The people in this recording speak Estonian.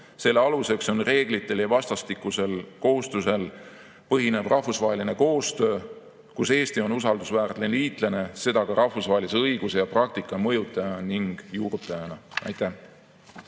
Selle aluseks on reeglitel ja vastastikusel kohustusel põhinev rahvusvaheline koostöö, kus Eesti on usaldusväärne liitlane, seda ka rahvusvahelise õiguse ja praktika mõjutaja ning juurutajana. Aitäh!